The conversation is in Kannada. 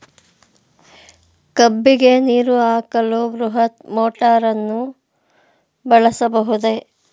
ಕಬ್ಬಿಗೆ ನೀರು ಹಾಕಲು ಬೃಹತ್ ಮೋಟಾರನ್ನು ಬಳಸಬಹುದೇ?